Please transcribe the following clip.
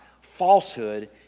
falsehood